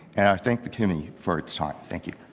thank the committee for its time. thank you.